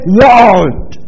world